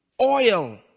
oil